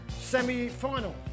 semi-final